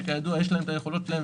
שכידוע יש להם את היכולות שלהם,